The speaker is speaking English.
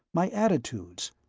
my attitudes.